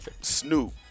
Snoop